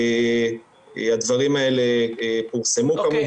הדברים האלה פורסמו כמובן.